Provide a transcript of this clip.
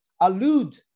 allude